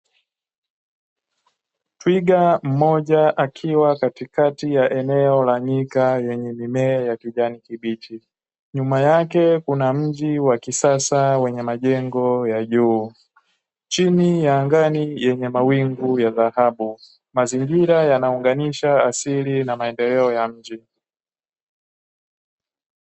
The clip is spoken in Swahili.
Twiga mmoja akiwa katikati ya eneo la nyika lenye mimea ya kijani kibichi, nyuma yake kuna mji wa kisasa wenye majengo ya juu, chini ya anga ni yenye mawingu ya dhahabu, mazingira yanaunganisha asili na maendeleo ya mji.